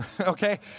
okay